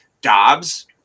Dobbs